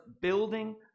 building